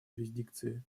юрисдикции